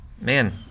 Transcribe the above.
man